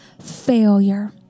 failure